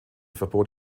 verbot